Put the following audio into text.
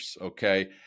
Okay